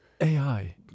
AI